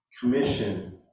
commission